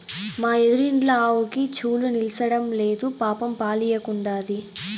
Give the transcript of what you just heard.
మా ఎదురిండ్ల ఆవుకి చూలు నిల్సడంలేదు పాపం పాలియ్యకుండాది